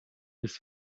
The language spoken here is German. ist